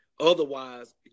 Otherwise